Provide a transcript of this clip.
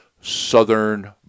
Southern